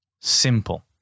simple